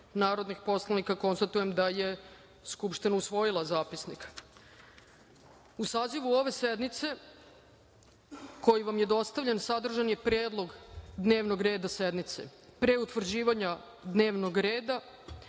narodnih poslanika. Konstatujem da je Narodna skupština usvojila ovaj Zapisnik.U sazivu ove sednice, koji vam je dostavljen, sadržan je predlog dnevnog reda sednice. Pre utvrđivanja dnevnog reda,